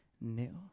new